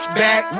back